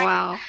Wow